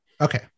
Okay